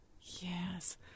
Yes